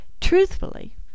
Truthfully